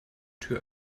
tür